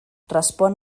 respon